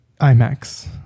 IMAX